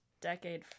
decade